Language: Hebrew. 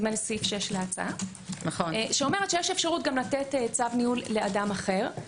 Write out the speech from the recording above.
נדמה לי סעיף 6 להצעה שאומרת שיש אפשרות לתת צו ניהול לאדם אחר.